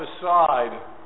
aside